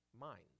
mind